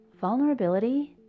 vulnerability